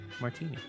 martini